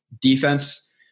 Defense